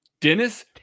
Dennis